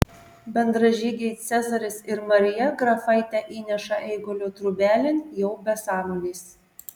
bendražygiai cezaris ir marija grafaitę įneša eigulio trobelėn jau be sąmonės